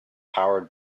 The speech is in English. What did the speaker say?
powered